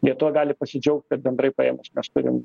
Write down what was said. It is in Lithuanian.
lietuva gali pasidžiaugt kad bendrai paėmus mes turim